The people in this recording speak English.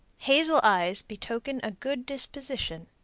hazel eyes betoken a good disposition.